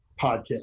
podcast